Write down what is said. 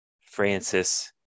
Francis